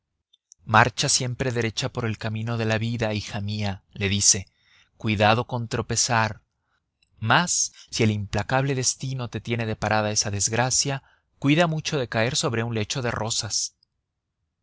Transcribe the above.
marcha siempre derecha por el camino de la vida hija mía le dice cuidado con tropezar mas si el implacable destino te tiene deparada esa desgracia cuida mucho de caer sobre un lecho de rosas